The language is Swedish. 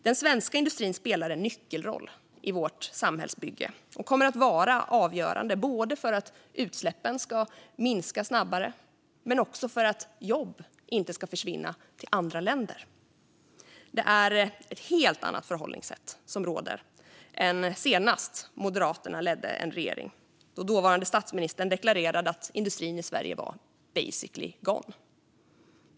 Den svenska industrin spelar en nyckelroll i vårt samhällsbygge och kommer att vara avgörande både för att utsläppen ska minska snabbare och för att jobb inte ska försvinna till andra länder. Det är ett helt annat förhållningssätt som råder än senast Moderaterna ledde en regering, då dåvarande statsministern deklarerade att industrin i Sverige var "basically gone".